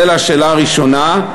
זה לשאלה הראשונה.